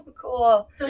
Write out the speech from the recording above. Cool